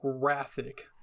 graphic